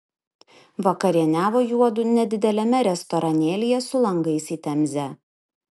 vakarieniavo juodu nedideliame restoranėlyje su langais į temzę